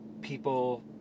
people